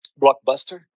Blockbuster